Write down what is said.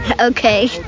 Okay